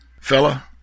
Fella